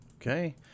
Okay